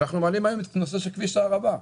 אנחנו מעלים היום את הנושא של כביש הערבה.